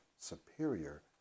superior